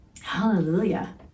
Hallelujah